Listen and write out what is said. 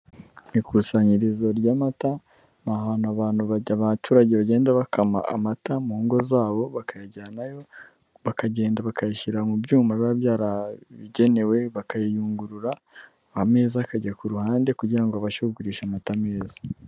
Ikusanyirizo ry'amata ni ahantu abantu bajya, abaturage bagenda bakama amata mu ngo zabo, bakayajyanayo bakagenda bakayishyira mu byuma biba byarabigenewe, bakayiyungurura ameza akajya ku ruhande, kugira ngo babashe kugurisha amata meza.